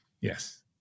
Yes